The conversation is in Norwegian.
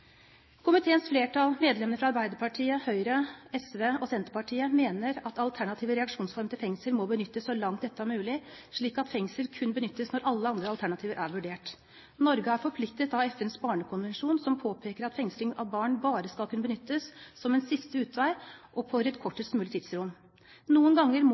Komiteens flertall, medlemmene fra Arbeiderpartiet, Høyre, Sosialistisk Venstreparti og Senterpartiet, mener at alternative reaksjonsformer til fengsel må benyttes så langt dette er mulig, slik at fengsel kun benyttes når alle andre alternativ er vurdert. Norge er forpliktet av FNs barnekonvensjon som påpeker at fengsling av barn bare skal kunne benyttes som en siste utvei, og for et kortest mulig tidsrom. Noen ganger